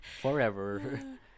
Forever